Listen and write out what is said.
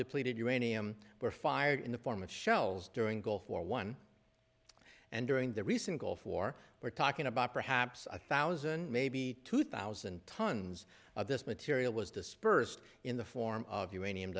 depleted uranium were fired in the form of shells during gulf war one and during the recent gulf war we're talking about perhaps a thousand maybe two thousand tons of this material was dispersed in the form of uranium